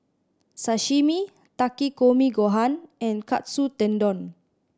Sashimi Takikomi Gohan and Katsu Tendon